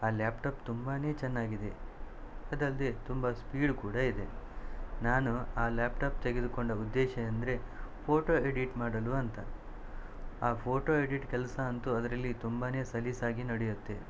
ಆ ಲ್ಯಾಪ್ಟಾಪ್ ತುಂಬಾನೆ ಚೆನ್ನಾಗಿದೆ ಅದಲ್ಲದೆ ತುಂಬ ಸ್ಪೀಡ್ ಕೂಡ ಇದೆ ನಾನು ಆ ಲ್ಯಾಪ್ಟಾಪ್ ತೆಗೆದುಕೊಂಡ ಉದ್ದೇಶ ಎಂದರೆ ಫೋಟೊ ಎಡಿಟ್ ಮಾಡಲು ಅಂತ ಆ ಫೋಟೊ ಎಡಿಟ್ ಕೆಲಸ ಅಂತೂ ಅದರಲ್ಲಿ ತುಂಬಾನೆ ಸಲೀಸಾಗಿ ನಡಿಯತ್ತೆ